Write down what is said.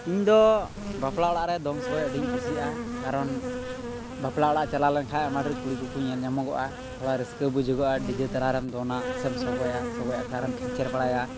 ᱤᱧ ᱫᱚ ᱵᱟᱯᱞᱟ ᱚᱲᱟᱜ ᱨᱮ ᱫᱚᱝ ᱥᱚᱜᱚᱭ ᱟᱹᱰᱤᱧ ᱠᱩᱥᱤᱭᱟᱜᱼᱟ ᱠᱟᱨᱚᱱ ᱵᱟᱯᱞᱟ ᱚᱲᱟᱜ ᱪᱟᱞᱟᱣ ᱞᱮᱱᱠᱷᱟᱡ ᱟᱭᱢᱟ ᱰᱷᱮᱨ ᱠᱩᱲᱤ ᱠᱚᱠᱚ ᱧᱮᱞ ᱧᱟᱢᱚᱜᱼᱟ ᱛᱷᱚᱲᱟ ᱨᱟᱹᱥᱠᱟᱹ ᱵᱩᱡᱷᱟᱹᱜᱼᱟ ᱰᱤᱡᱮ ᱛᱟᱞᱟᱨᱮᱢ ᱫᱚᱱᱟ ᱥᱮᱢ ᱥᱚᱜᱚᱭᱟ ᱥᱚᱜᱚᱭ ᱟᱠᱷᱲᱟ ᱨᱮᱢ ᱠᱷᱮᱧᱪᱟᱨ ᱵᱟᱲᱟᱭᱟ